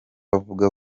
avuga